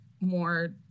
more